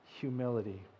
humility